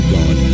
God